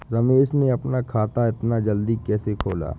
रमेश ने अपना खाता इतना जल्दी कैसे खोला?